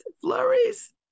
Flurries